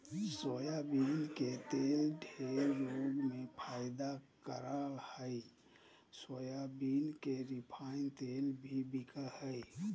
soybean के तेल ढेर रोग में फायदा करा हइ सोयाबीन के रिफाइन तेल भी बिका हइ